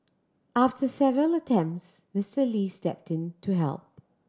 after several attempts Mister Lee stepped in to help